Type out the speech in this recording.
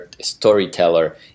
storyteller